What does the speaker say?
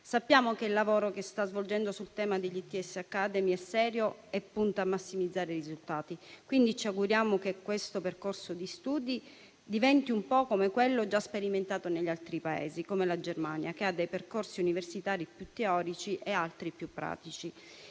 Sappiamo che il lavoro che sta svolgendo sul tema degli ITS academy è serio e che punta a massimizzare i risultati. Quindi, ci auguriamo che questo percorso di studi diventi un po' come quello già sperimentato negli altri Paesi, come la Germania, che ha dei percorsi universitari più teorici e altri più pratici.